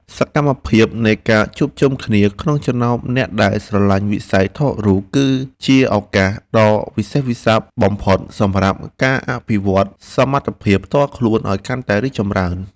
សកម្មភាពនៃការជួបជុំគ្នាក្នុងចំណោមអ្នកដែលស្រឡាញ់វិស័យថតរូបគឺជាឱកាសដ៏វិសេសវិសាលបំផុតសម្រាប់ការអភិវឌ្ឍសមត្ថភាពផ្ទាល់ខ្លួនឱ្យកាន់តែរីកចម្រើន។